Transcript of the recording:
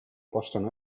possono